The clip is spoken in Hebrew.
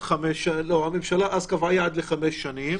הממשלה קבעה אז יעד לחמש שנים,